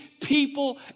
people